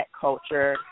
culture